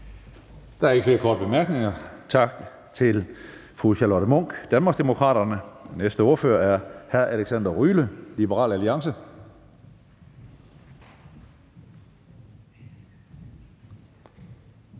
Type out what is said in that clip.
Der er ikke flere korte bemærkninger. Tak til fru Charlotte Munch, Danmarksdemokraterne. Næste ordfører er hr. Alexander Ryle, Liberal Alliance.